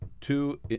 two